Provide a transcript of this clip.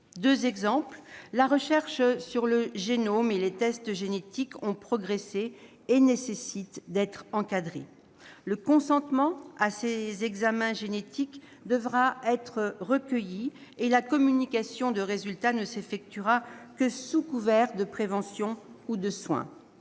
Premièrement, la recherche sur le génome et les tests génétiques ont progressé, et nécessitent d'être encadrés : le consentement à ces examens génétiques devra être recueilli et la communication de résultats ne s'effectuera que sous couvert de prévention ou de soins.